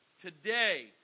Today